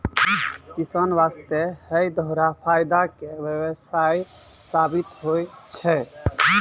किसान वास्तॅ है दोहरा फायदा के व्यवसाय साबित होय छै